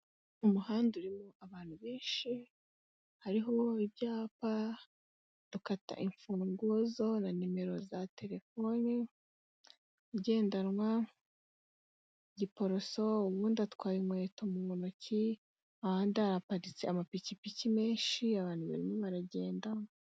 Umuhanda urimo abantu benshi hariho ibyapa dukata imfunguzo zo na nimero za telefoni igendanwa, Giporoso uwundi atwaye inkweto mu ntoki, ahandi haraparitse amapikipiki menshi abantu barimo baragenda.